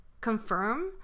confirm